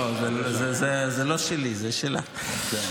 לא, זה לא שלי, זה שלה.